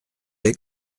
est